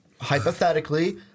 hypothetically